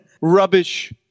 rubbish